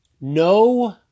no